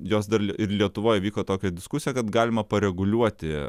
jos dar ir lietuvoj vyko tokia diskusija kad galima pareguliuoti